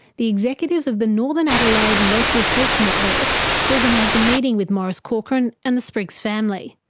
the executive of the northern adelaide local health network organised a meeting with maurice corcoran and the spriggs family.